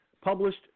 published